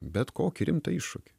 bet kokį rimtą iššūkį